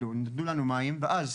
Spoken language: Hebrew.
נותנים לנו מים, ואז